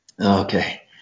Okay